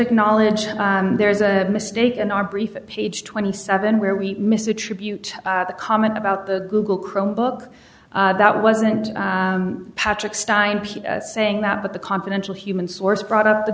acknowledge there's a mistake in our brief page twenty seven where we miss attribute the comment about the google chromebook that wasn't patrick stein saying that but the confidential human source brought up the